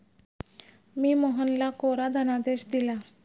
मी मोहनला कोरा धनादेश दिला